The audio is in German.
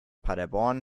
paderborn